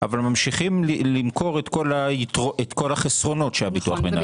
אבל ממשיכים למכור את כל החסרונות של הביטוח המנהלים.